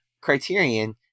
criterion